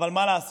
אבל מה לעשות,